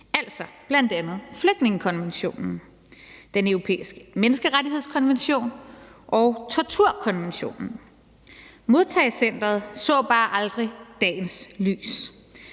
altså bl.a. flygtningekonventionen, den europæiske menneskerettighedskonvention og torturkonventionen. Modtagecenteret så bare aldrig dagens lys